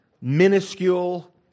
minuscule